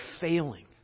failing